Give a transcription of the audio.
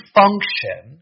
function